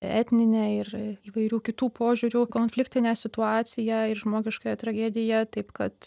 etninę ir įvairių kitų požiūrių konfliktinę situaciją ir žmogiškąją tragediją taip kad